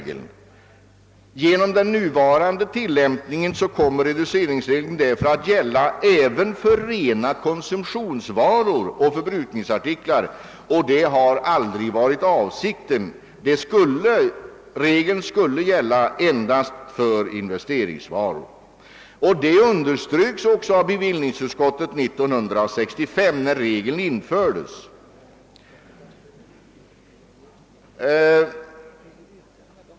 Genom den nuvarande tillämpningen har reduceringsregeln därför kommit att gälla även för rena konsumtionsvaror och förbrukningsartiklar, och det har aldrig varit avsikten. Regeln skulle gälla endast för investeringsvaror, vilket också underströks av bevillningsutskottet år 1965 när regeln infördes.